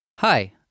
Hi